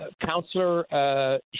Councillor